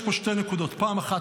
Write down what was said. יש פה שתי נקודות: אחת,